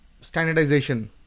standardization